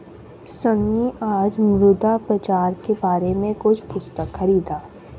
सन्नी आज मुद्रा बाजार के बारे में कुछ पुस्तक खरीदा